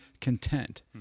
content